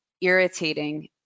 irritating